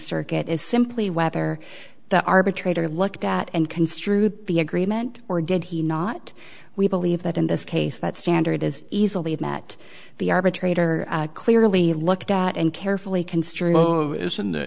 circuit is simply whether the arbitrator looked at and construed the agreement or did he not we believe that in this case that standard as easily have met the arbitrator clearly looked at and carefully can stream of isn't th